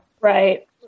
Right